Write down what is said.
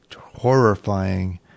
horrifying